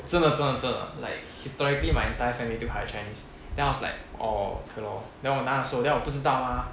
真的真的真的 like historically my entire family took higher chinese then I was like orh okay lor then 我拿的时候 then 我不知道吗